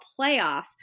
playoffs